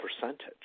percentage